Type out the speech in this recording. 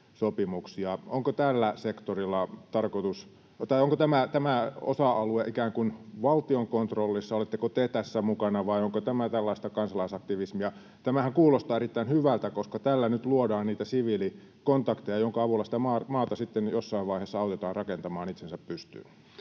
Onko tämä osa-alue ikään kuin valtion kontrollissa? Oletteko te tässä mukana, vai onko tämä tällaista kansa- laisaktivismia? Tämähän kuulostaa erittäin hyvältä, koska tällä nyt luodaan niitä siviilikontakteja, joiden avulla sitä maata sitten jossain vaiheessa autetaan rakentamaan itsensä pystyyn.